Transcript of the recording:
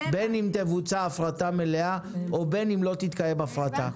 בין אם תבוצע הפרטה מלאה ובין אם לא תבוצע הפרטה.